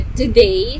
today